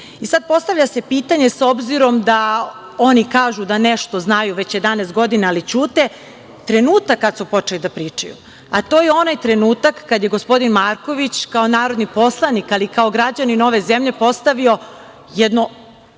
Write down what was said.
se postavlja pitanje, s obzirom da oni kažu da nešto znaju već 11 godina, ali ćute, trenutak kada su počeli da pričaju, a to je onaj trenutak kada je gospodin Marković, kao narodni poslanik, ali i kao građanin ove zemlje, postavio jedno